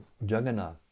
Jagannath